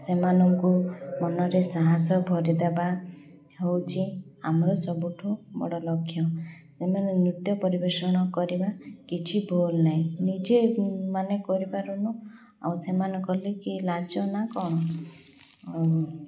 ସେମାନଙ୍କୁ ମନରେ ସାହସ ଭରିଦେବା ହେଉଛି ଆମର ସବୁଠୁ ବଡ଼ ଲକ୍ଷ୍ୟ ସେମାନେ ନୃତ୍ୟ ପରିବେଷଣ କରିବା କିଛି ଭୁଲ୍ ନହିଁ ନିଜେ ମାନେ କରିପାରୁନୁ ଆଉ ସେମାନେ କଲେ କି ଲାଜ ନା କ'ଣ ଆଉ